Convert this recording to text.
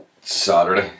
Saturday